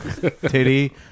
titty